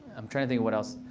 i'm trying to think what else.